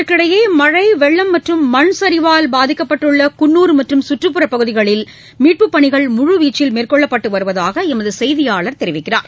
இதற்கிடையே மழை வெள்ளம் மற்றும் மண்சரிவால் பாதிக்கப்பட்டுள்ள குன்னூர் மற்றும் சுற்றுப்புற பகுதிகளில் மீட்புப் பணிகள் முழுவீச்சில் மேற்கொள்ளப்பட்டு வருவதாக எமது செய்தியாளர் தெரிவிக்கிறார்